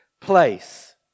place